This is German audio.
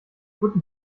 guten